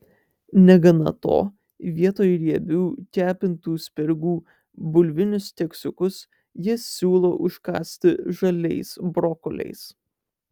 negana to vietoj riebių kepintų spirgų bulvinius keksiukus jis siūlo užkąsti žaliais brokoliais